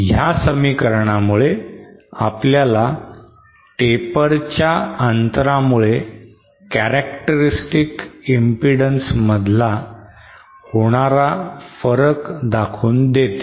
ह्या समीकरणामुळे आपल्याला Taper च्या अंतरामुळे कॅरॅक्टरिस्टिक इम्पीडन्समध्ये होणारा फरक दाखवून देते